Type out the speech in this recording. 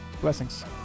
Blessings